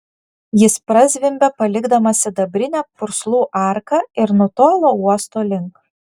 jis prazvimbė palikdamas sidabrinę purslų arką ir nutolo uosto link